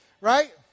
right